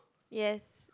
yes